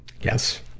Yes